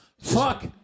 Fuck